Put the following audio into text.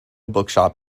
bookshop